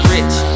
Rich